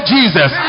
Jesus